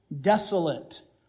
desolate